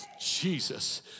Jesus